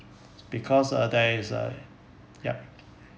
because uh there is uh yup